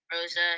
Rosa